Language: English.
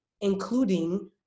including